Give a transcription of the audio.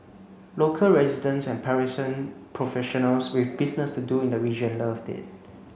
local residents and Parisian professionals with business to do in the region love it